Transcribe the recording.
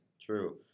true